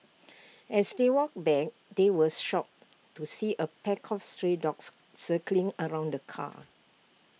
as they walked back they was shocked to see A pack of stray dogs circling around the car